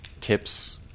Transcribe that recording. tips